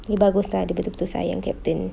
ni bagus ah dia betul-betul sayang captain